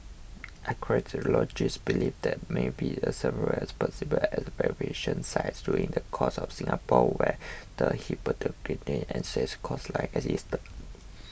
archaeologists believe there may be a several as possible as excavation sites dotting the coast of Singapore where the hypothetical ancient coastline existed